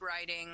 writing